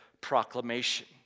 proclamation